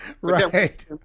Right